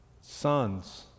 sons